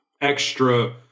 extra